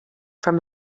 from